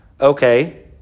Okay